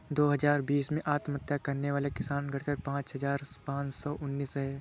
दो हजार बीस में आत्महत्या करने वाले किसान, घटकर पांच हजार पांच सौ उनासी रहे